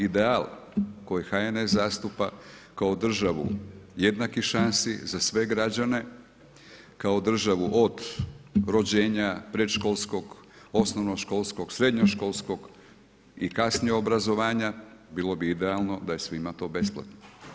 Ideal koji HNS zastupa kao državu jednakih šansi za sve građane, kao državu od rođenja predškolskog, osnovnoškolskog srednjoškolskog i kasnije obrazovanja, bilo bi idealno da je svima to besplatno.